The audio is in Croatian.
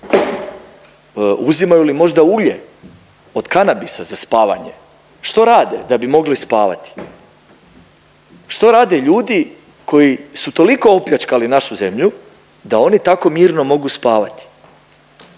Uzimaju li možda ulje od kanabisa za spavanje? Što rade da bi mogli spavati? Što rade ljudi koji su toliko opljačkali našu zemlju da oni tako mirno mogu spavati?